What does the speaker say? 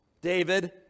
David